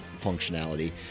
functionality